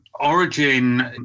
Origin